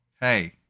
Hey